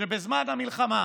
שבזמן המלחמה